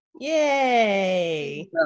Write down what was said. Yay